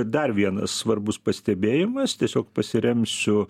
dar vienas svarbus pastebėjimas tiesiog pasiremsiu